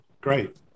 Great